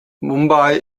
mumbai